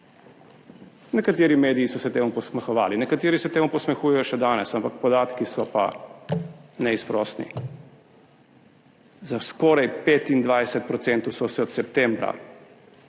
Nekateri mediji so se temu posmehovali, nekateri se temu posmehujejo še danes, ampak podatki so pa neizprosni, za skoraj 25 % so se od septembra